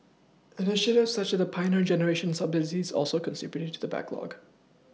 initiatives such as the Pioneer generation subsidies also contributed to the backlog